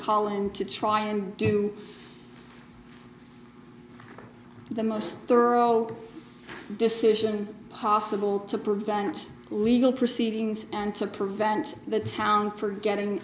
call and to try and do the most thorough decision possible to prevent legal proceedings and took prevent the town for getting